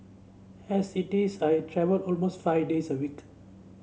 as it is I travel almost five days a week